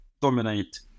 dominate